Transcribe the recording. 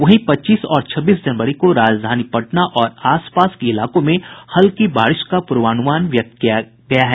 वहीं पच्चीस और छब्बीस जनवरी को राजधानी पटना और आस पास के इलाकों में हल्की बारिश का पूर्वानुमान व्यक्त किया गया है